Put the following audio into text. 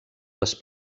les